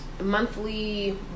monthly